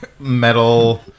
Metal